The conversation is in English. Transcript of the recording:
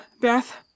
Beth